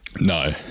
no